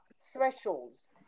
thresholds